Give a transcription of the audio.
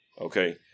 Okay